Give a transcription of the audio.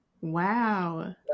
Wow